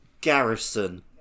Garrison